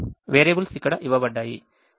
variables ఇక్కడ ఇవ్వబడ్డాయి